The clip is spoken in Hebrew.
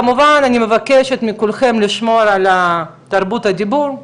כמובן אני מבקשת מכולכם לשמור על תרבות דיבור,